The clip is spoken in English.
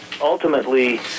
ultimately